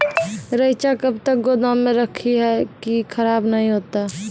रईचा कब तक गोदाम मे रखी है की खराब नहीं होता?